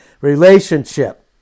Relationship